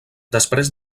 després